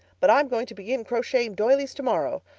but i'm going to begin crocheting doilies tomorrow.